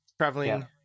traveling